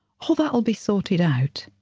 all that'll be sorted out,